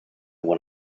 when